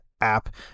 app